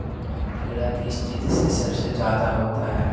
कीड़ा किस चीज से सबसे ज्यादा होता है?